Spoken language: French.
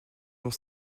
dont